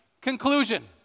Conclusion